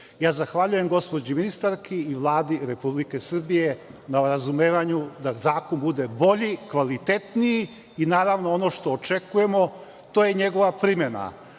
Zahvaljujem gospođi ministarki i Vladi Republike Srbije na razumevanju da zakon bude bolji i kvalitetniji. Naravno, ono što očekujemo, to je njegova primena,